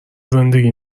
زندگی